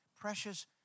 precious